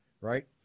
right